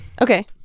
Okay